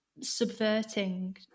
subverting